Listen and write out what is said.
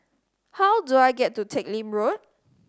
how do I get to Teck Lim Road